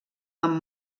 amb